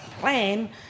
plan